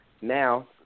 now